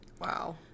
Wow